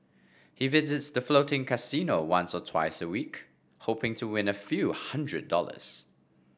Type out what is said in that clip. he visits the floating casino once or twice a week hoping to win a few hundred dollars